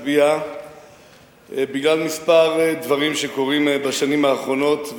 בגלל כמה דברים שקורים בשנים האחרונות,